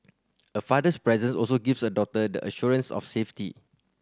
a father's presence also gives a daughter the assurance of safety